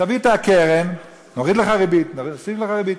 תביא את הקרן, נוריד לך ריבית, נוסיף לך ריבית,